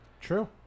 True